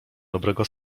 dobrego